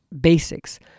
Basics